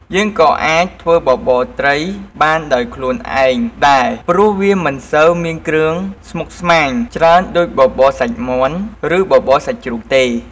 យើងក៏អាចធ្វើបបរត្រីបានដោយខ្លូនឯងដែរព្រោះវាមិនសូវមានគ្រឿងស្មុកស្មាញច្រើនដូច បបរសាច់មាន់ ឬបបរសាច់ជ្រូកទេ។